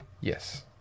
Yes